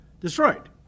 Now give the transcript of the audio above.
destroyed